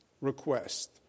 request